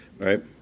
right